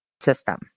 system